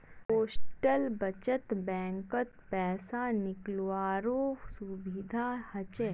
postal बचत बैंकत पैसा निकालावारो सुविधा हछ